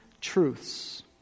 truths